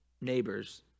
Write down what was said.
neighbors